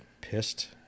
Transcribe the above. pissed